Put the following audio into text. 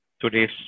today's